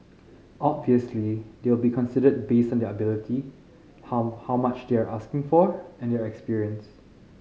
obviously they'll be considered based on their ability how how much they are asking for and their experience